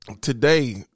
today